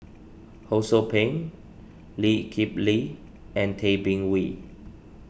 Ho Sou Ping Lee Kip Lin and Tay Bin Wee